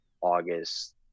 August